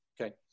okay